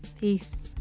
Peace